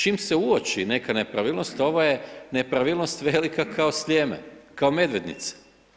Čim se uoći neka nepravilnost, ovo je nepravilnost velika kao Sljeme, kao Medvednica.